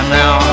now